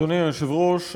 אדוני היושב-ראש,